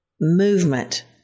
movement